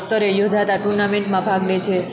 સ્તરે યોજાતા ટુર્નામેંટમાં ભાગ લે છે